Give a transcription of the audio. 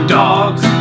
dogs